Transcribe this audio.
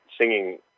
singing